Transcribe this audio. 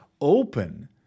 open